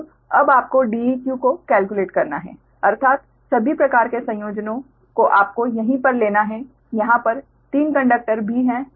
अब अब आपको Deq को केल्क्युलेट करना है अर्थात सभी प्रकार के संयोजनों को आपको यहीं पर लेना है यहाँ पर 3 कंडक्टर भी हैं